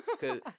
Cause